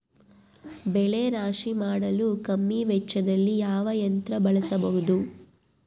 ಬೆಳೆ ರಾಶಿ ಮಾಡಲು ಕಮ್ಮಿ ವೆಚ್ಚದಲ್ಲಿ ಯಾವ ಯಂತ್ರ ಬಳಸಬಹುದು?